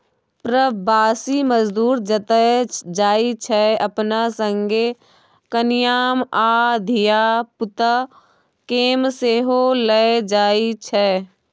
प्रबासी मजदूर जतय जाइ छै अपना संगे कनियाँ आ धिया पुता केँ सेहो लए जाइ छै